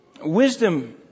Wisdom